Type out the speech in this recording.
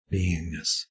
beingness